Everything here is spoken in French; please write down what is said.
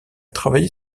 travaillé